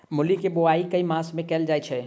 मूली केँ बोआई केँ मास मे कैल जाएँ छैय?